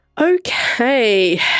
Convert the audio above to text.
Okay